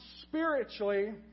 spiritually